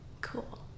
Cool